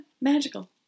magical